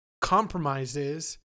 compromises